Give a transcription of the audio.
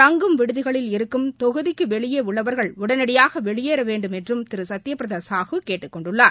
தங்கும் விடுதிகளில் இருக்கும் தொகுதிக்கு வெளியே உள்ளவர்கள் உடனடியாக வெளியேற வேண்டுமென்றும் திரு சத்யபிரதா சாஹூ கேட்டுக் கொண்டுள்ளார்